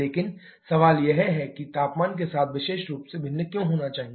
लेकिन सवाल यह है कि तापमान के साथ विशेष रूप से भिन्न क्यों होना चाहिए